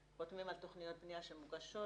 חותמים על תוכניות בניה שמוגשות,